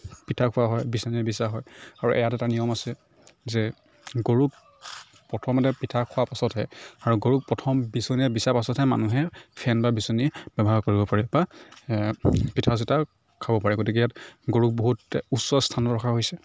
পিঠা খোওৱা হয় বিচনীৰে বিচা হয় আৰু ইয়াত এটা নিয়ম আছে যে গৰুক প্ৰথমতে পিঠা খোওৱাৰ পিছতহে আৰু গৰুক প্ৰথম বিচনীৰে বিচাৰ পাছতহে মানুহে ফেন বা বিচনী ব্যৱহাৰ কৰিব পাৰে বা পিঠা চিঠা খাব পাৰে গতিকে ইয়াত গৰুক বহুত উচ্চ স্থানত ৰখা হৈছে